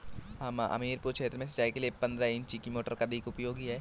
हमीरपुर क्षेत्र में सिंचाई के लिए पंद्रह इंची की मोटर अधिक उपयोगी है?